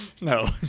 no